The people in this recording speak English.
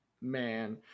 Man